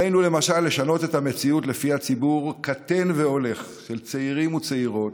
עלינו למשל לשנות את המציאות שבה ציבור קטֵן והולך של צעירים וצעירות